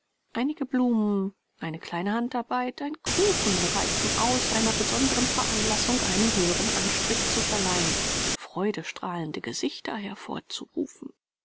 einige blumen eine kleine handarbeit ein kuchen reichen aus einer besonderen veranlassung einen höheren anstrich zu verleihen freudestrahlende gesichter hervorzurufen